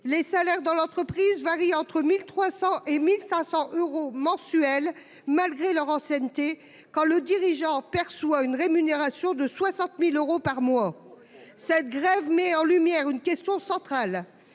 Les salaires dans l'entreprise varie entre 1300 et 1500 euros mensuels. Malgré leur ancienneté quand le dirigeant perçoit une rémunération de 60.000 euros par mois. Cette grève met en lumière une question centrale,